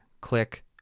click